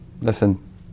listen